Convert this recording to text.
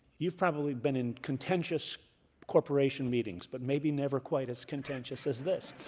you've probably been in contentious corporation meetings, but maybe never quite as contentious as this.